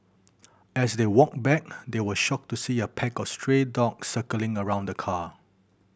as they walked back they were shocked to see a pack of stray dogs circling around the car